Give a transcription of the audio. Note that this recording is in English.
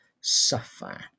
suffer